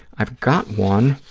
i've got one